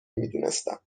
میدونستم